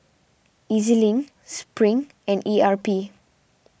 E Z Link Spring and E R P